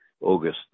August